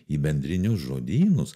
į bendrinius žodynus